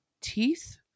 teeth